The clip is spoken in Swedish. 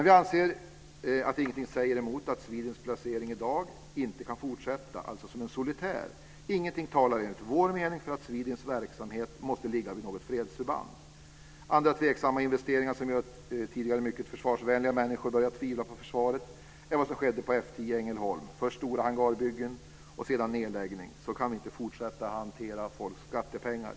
Vi anser att ingenting säger emot att Swedints placering i dag inte kan fortsätta, alltså som en solitär. Ingenting talar enligt vår mening för att Swedints verksamhet måste ligga vid ett fredsförband. Andra tveksamma investeringar som gör att tidigare mycket försvarsvänliga människor börjat tvivla på försvaret är vad som skedde på F 10 i Ängelholm, först stora hangarbyggen och sedan nedläggning. Så kan vi inte fortsätta att hantera folks skattepengar!